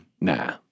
Nah